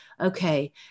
okay